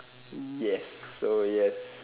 yes so yes